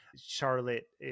Charlotte